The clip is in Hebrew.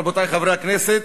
רבותי חברי הכנסת,